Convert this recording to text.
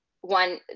one